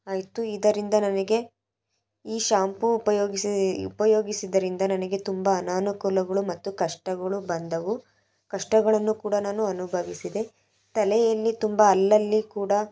ಆಯಿತು ಇದರಿಂದ ನನಗೆ ಈ ಶಾಂಪು ಉಪಯೋಗಿಸಿ ಉಪಯೋಗಿಸಿದರಿಂದ ನನಗೆ ತುಂಬ ಅನನುಕೂಲಗಳು ಮತ್ತು ಕಷ್ಟಗಳು ಬಂದವು ಕಷ್ಟಗಳನ್ನು ಕೂಡ ನಾನು ಅನುಭವಿಸಿದೆ ತಲೆಯಲ್ಲಿ ತುಂಬ ಅಲ್ಲಲ್ಲಿ ಕೂಡ